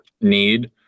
need